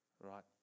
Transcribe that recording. right